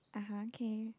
ah !huh! okay